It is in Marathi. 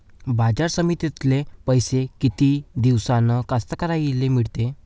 बाजार समितीतले पैशे किती दिवसानं कास्तकाराइले मिळते?